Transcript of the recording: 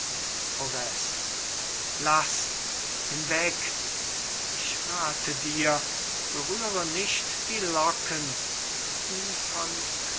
laß hinweg ich rathe dir berühre nicht die locken wie von